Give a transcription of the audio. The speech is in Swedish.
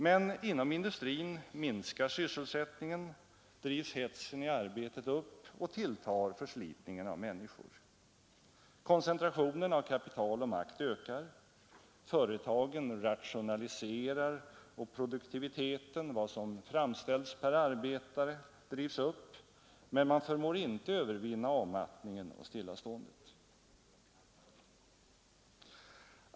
Men inom industrin minskar sysselsättningen, drivs hetsen i arbetet upp och tilltar förslitningen av människor. Koncentrationen av kapital och makt ökar, företagen rationaliserar och produktiviteten — vad som framställs per arbetare — drivs upp, men man förmår inte övervinna avmattningen och stillaståendet.